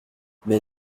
mais